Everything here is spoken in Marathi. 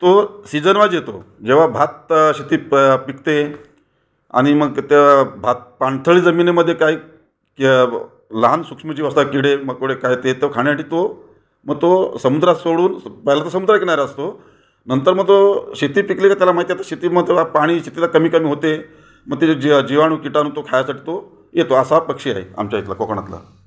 तो सिजन वाईज येतो जेव्हा भात शेतीत पिकते आणि मग त भात पाणथळी जमिनिमध्ये काही जे ब लहान सूक्ष्म जीव असतात किडे मकोडे काय ते तर खाण्यासाठी तो म तो समुद्रात सोडून पहिले तो समुद्र किनारी असतो नंतर मग तो शेतीत पिकलेलं त्याला माहिती आहे आता शेती मग तेला पाणी शेतीला कमीकमी होते मग ते जिवाणू किटाणू तो खायसाठी तो येतो असा पक्षी आहे आमच्या इथला कोकणातला